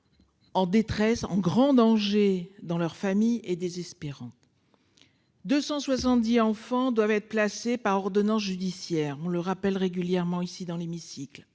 En détresse en grand danger dans leur famille et désespérant. 270 enfants doivent être placés par ordonnance judiciaire on le rappelle régulièrement ici dans l'hémicycle